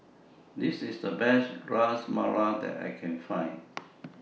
This IS The Best Ras Malai that I Can Find